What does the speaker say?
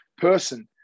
person